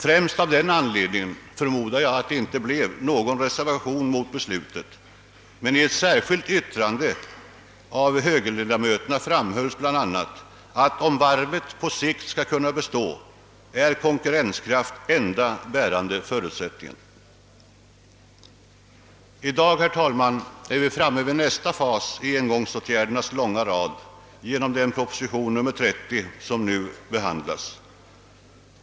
Främst av den anledningen, förmodar jag, blev det inte någon reservation mot beslutet. Men i ett särskilt yttrande av högerledamöterna framhölls bl.a. att om varvet på sikt skall kunna bestå, är konkurrenskraft enda bärande förutsättningen. I dag, herr talman, är vi framme vid nästa fas i engångsåtgärdernas långa rad genom den proposition, nr 30, som nu behandlas.